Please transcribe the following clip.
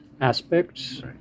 aspects